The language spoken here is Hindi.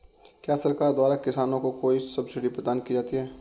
क्या सरकार द्वारा किसानों को कोई सब्सिडी प्रदान की जाती है?